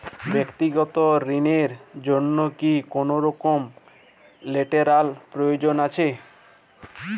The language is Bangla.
ব্যাক্তিগত ঋণ র জন্য কি কোনরকম লেটেরাল প্রয়োজন আছে?